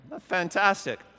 Fantastic